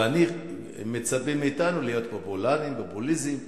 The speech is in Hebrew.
ואני מצפה מאתנו להיות פופולריים - פופוליזם.